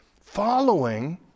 following